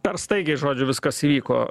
per staigiai žodžiu viskas įvyko